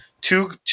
Two